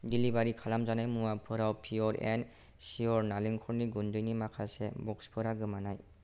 delivery खालामजानाय मुवाफोराव पियर एन्ड शियर नालेंखरनि गुन्दैनि माखासे ब'क्सफोरा गोमानाय